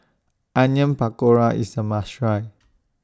Onion Pakora IS A must Try